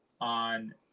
on